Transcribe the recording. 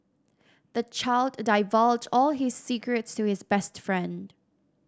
the child divulged all his secrets to his best friend